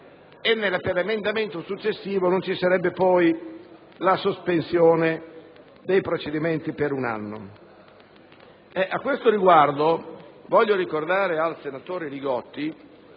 e nell'emendamento successivo non ci sarebbe poi la sospensione dei procedimenti per un anno. A tale riguardo, voglio ricordare al senatore Li Gotti